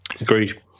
Agreed